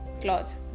cloth